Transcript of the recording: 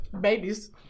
babies